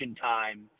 time